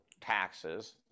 taxes